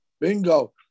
Bingo